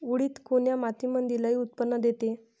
उडीद कोन्या मातीमंदी लई उत्पन्न देते?